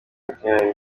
makumyabiri